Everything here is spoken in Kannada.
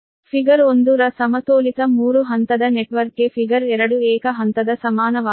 ಆದ್ದರಿಂದ ಫಿಗರ್ 1 ರ ಸಮತೋಲಿತ 3 ಹಂತದ ನೆಟ್ವರ್ಕ್ಗೆ ಫಿಗರ್ 2 ಏಕ ಹಂತದ ಸಮಾನವಾಗಿದೆ